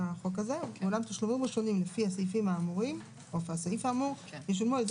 ואולם תשלומים ראשונים לפי הסעיפים האמורים ישולמו על ידי